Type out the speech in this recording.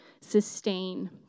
sustain